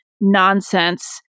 nonsense